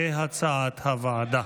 כהצעת הוועדה.